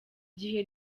gihe